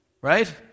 right